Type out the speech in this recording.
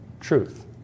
truth